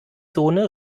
zone